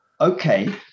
Okay